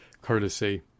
courtesy